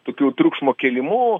tokiu triukšmo kėlimu